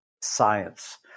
science